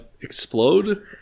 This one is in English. explode